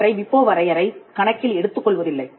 அவற்றை விபோ வரையறை கணக்கில் எடுத்துக் கொள்வதில்லை